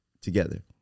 together